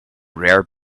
rare